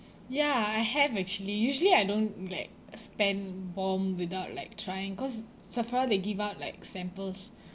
ya I have actually usually I don't like spend bomb without like trying cause sephora they give out like samples